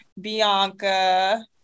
Bianca